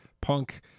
Punk